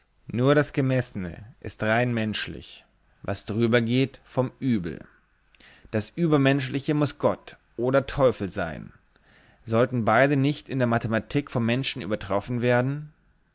nur das gemessene ist rein menschlich was drüber geht vom übel das übermenschliche muß gott oder teufel sein sollten beide nicht in der mathematik von menschen übertroffen werden